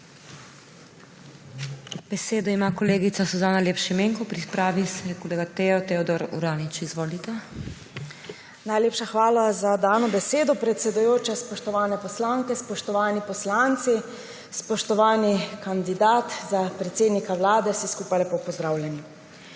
Besedo ima kolegica Suzana Lep Šimenko, pripravi se kolega Teo (Teodor) Uranič. Izvolite. SUZANA LEP ŠIMENKO (PS SDS): Najlepša hvala za dano besedo, predsedujoča. Spoštovane poslanke, spoštovani poslanci, spoštovani kandidat za predsednika Vlade, vsi skupaj lepo pozdravljeni!